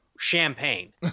champagne